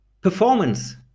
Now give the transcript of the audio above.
performance